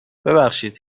ببخشید